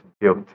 built